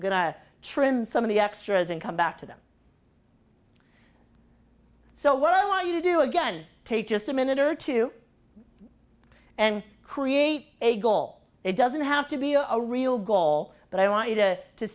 trim some of the extras and come back to them so what i want you to do again take just a minute or two and create a goal it doesn't have to be a real goal but i want you to to